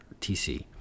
TC